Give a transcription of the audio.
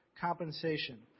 compensation